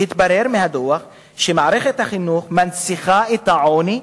והתברר מהדוח שמערכת החינוך מנציחה את העוני,